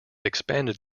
expanded